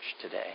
today